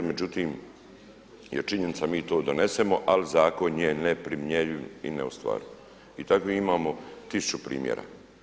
Međutim je činjenica mi to donesemo, ali zakon je neprimjenjiv i neostvariv i takvih imamo tisuću primjera.